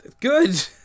good